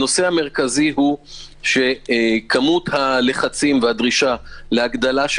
הנושא המרכזי הוא שכמות הלחצים והדרישה להגדלה של